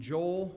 Joel